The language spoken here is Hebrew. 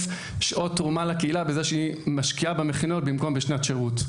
שעות תרומה לקהילה בכך שהיא משקיעה במכינות במקום בשנת שירות.